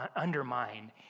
undermine